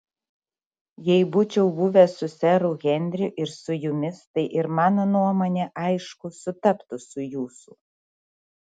jei būčiau buvęs su seru henriu ir su jumis tai ir mano nuomonė aišku sutaptų su jūsų